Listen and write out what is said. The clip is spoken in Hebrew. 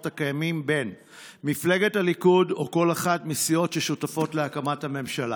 הקיימים בין מפלגת הליכוד או כל אחת מהסיעות ששותפות להקמת הממשלה: